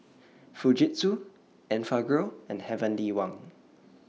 Fujitsu Enfagrow and Heavenly Wang